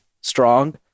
strong